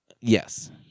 Yes